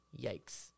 yikes